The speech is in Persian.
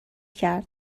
کرد